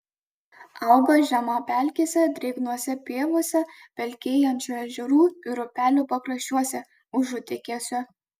auga žemapelkėse drėgnose pievose pelkėjančių ežerų ir upelių pakraščiuose užutekiuose